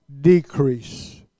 decrease